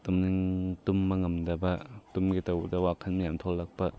ꯇꯨꯝꯕ ꯉꯝꯗꯕ ꯇꯨꯝꯒꯦ ꯇꯧꯕꯗ ꯋꯥꯈꯜ ꯌꯥꯝ ꯊꯣꯛꯂꯛꯄ